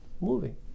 moving